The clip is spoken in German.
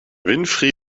winfried